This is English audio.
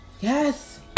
Yes